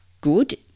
good